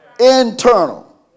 Internal